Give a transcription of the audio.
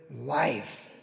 life